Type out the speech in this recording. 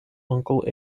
uncle